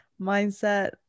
mindset